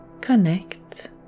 connect